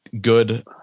good